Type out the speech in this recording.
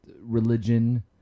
religion